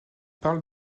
parle